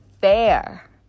fair